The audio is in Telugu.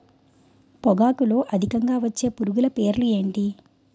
పొగాకులో అధికంగా వచ్చే పురుగుల పేర్లు ఏంటి